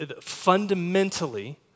fundamentally